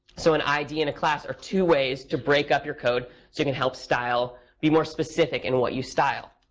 so an id and a class are two ways to break up your code, so you can help be more specific in what you style.